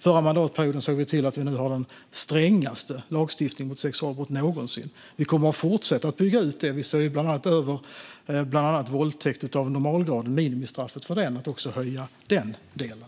Förra mandatperioden såg vi till att vi nu har den strängaste lagstiftningen mot sexualbrott någonsin. Vi kommer att fortsätta att bygga ut det. Vi ser bland annat över möjligheten att höja minimistraffet för våldtäkt av normalgraden.